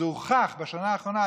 זה הוכח בשנה האחרונה.